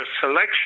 selection